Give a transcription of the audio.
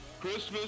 Christmas